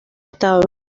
estado